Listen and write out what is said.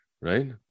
Right